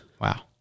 Wow